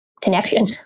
connection